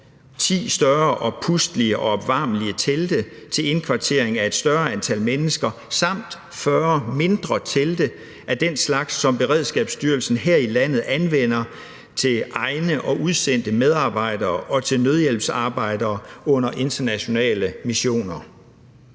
10 større oppustelige og opvarmelige telte til indkvartering af et større antal mennesker samt 40 mindre telte af den slags, som Beredskabsstyrelsen her i landet anvender til egne og udsendte medarbejdere og til nødhjælpsarbejdere under internationale missioner.